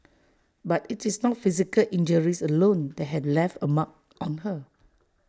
but IT is not physical injuries alone that had left A mark on her